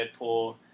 Deadpool